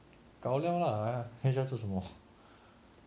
gao liao lah 还需要做什么